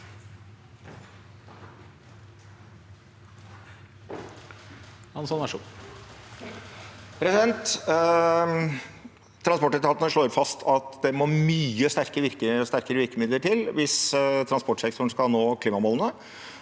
Transportetat- ene slår fast at det må mye sterkere virkemidler til hvis transportsektoren skal nå klimamålene.